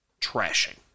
trashing